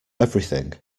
everything